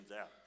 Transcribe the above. out